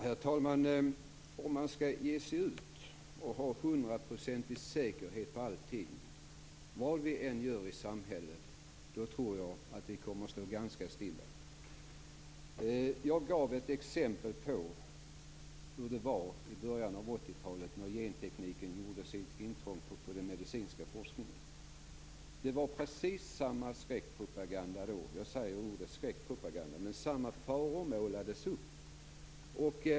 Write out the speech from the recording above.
Herr talman! Om man skall ha 100 % säkerhet på allt man gör i samhället tror jag att vi kommer att stå ganska stilla. Jag gav ett exempel på hur det var i början av 80-talet, då gentekniken gjorde sitt intåg i den medicinska forskningen. Det var precis samma skräckpropaganda då. Jag använder ordet skräckpropaganda, för samma faror målades upp.